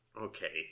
Okay